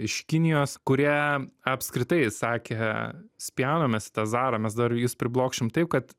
iš kinijos kurie apskritai sakė spjaunam mes į tą zarą mes dar jus priblokštim taip kad